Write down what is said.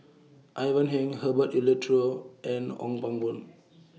Ivan Heng Herbert Eleuterio and Ong Pang Boon